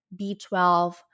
B12